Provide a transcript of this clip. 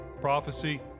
prophecy